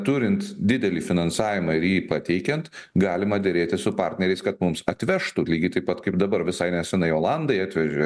turint didelį finansavimą ir jį pateikiant galima derėtis su partneriais kad mums atvežtų lygiai taip pat kaip dabar visai neseniai olandai atvežė